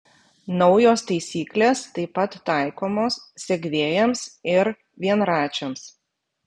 naujos taisyklės taip pat taikomos segvėjams ir vienračiams